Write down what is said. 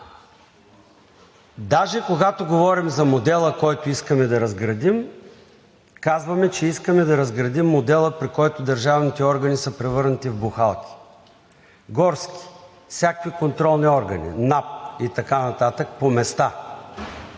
Даже когато говорим за модела, който искаме да разградим, казваме, че искаме да разградим модела, при който държавните органи са превърнати в бухалки – горски, всякакви контролни органи, НАП и така нататък, по места.